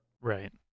Right